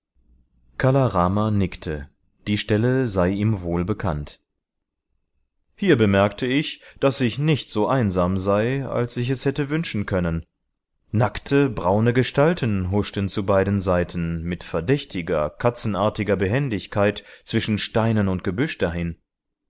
kala rama nickte die stelle sei ihm wohl bekannt hier bemerkte ich daß ich nicht so einsam sei als ich es hätte wünschen können nackte braune gestalten huschten zu beiden seiten mit verdächtiger katzenartiger behendigkeit zwischen steinen und gebüsch dahin